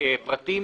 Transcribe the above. פרטים